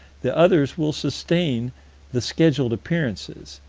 the others will sustain the scheduled appearances.